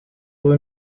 ubu